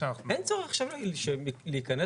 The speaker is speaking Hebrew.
אין צורך עכשיו להיכנס.